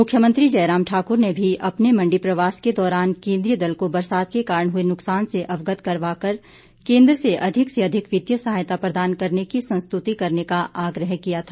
मुख्यमंत्री जयराम ठाकुर ने भी अपने मण्डी प्रवास के दौरान केंद्रीय दल को बरसात के कारण हुए नुक्सान से अवगत करवाकर केंद्र से अधिक से अधिक वित्तीय सहायता प्रदान करने की संस्तुति करने का आग्रह किया था